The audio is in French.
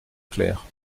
clair